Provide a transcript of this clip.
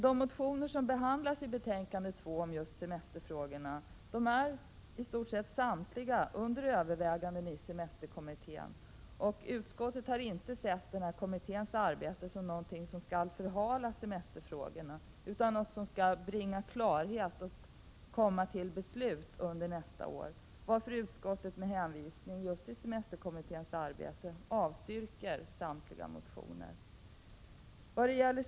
De motioner som behandlas i betänkande nr 2 om semesterfrågorna är i stort sett samliga under övervägande i semesterkommittén. Utskottet anser inte att kommitténs arbete skall förhala semesterfrågorna, utan den skall bringa klarhet och komma till beslut nästa år, varför utskottet, med hänvisning just till semesterkommitténs arbete, avstyrker samtliga motioner.